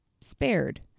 spared